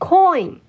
Coin